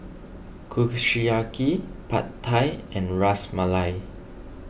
Kushiyaki Pad Thai and Ras Malai